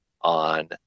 on